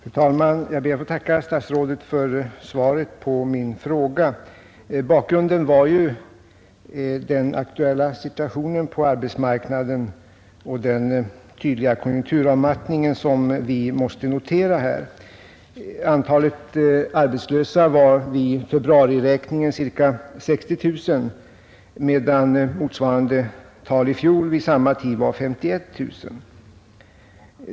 Fru talman! Jag ber att få tacka statsrådet för svaret på min fråga. Bakgrunden till frågan är den aktuella situationen på arbetsmarknaden och den tydliga konjunkturavmattning som vi måste notera. Antalet arbetslösa var vid februariräkningen ca 60 000, medan motsvarande tal i fjol vid samma tid var 51 000.